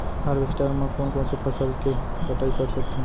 Harvester म कोन कोन से फसल के कटाई कर सकथन?